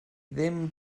ddim